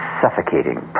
suffocating